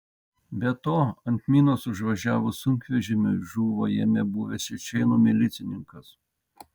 be to ant minos užvažiavus sunkvežimiui žuvo jame buvęs čečėnų milicininkas